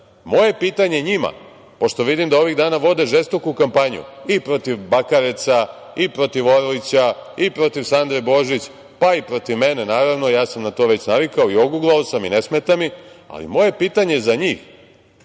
itd. Moje pitanje njima, pošto vidim ovih dana vode žestoku kampanju i protiv Bakareca i protiv Orlića, i protiv Sandre Božić i protiv mene naravno, ja sam na to već navikao i oguglao sam i ne smeta mi, ali moje pitanje za njih,